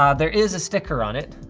um there is a sticker on it,